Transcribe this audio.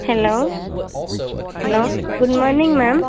hello hello good morning ma'am